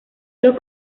los